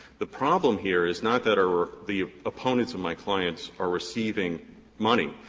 the problem here is not that our the opponents of my clients are receiving money.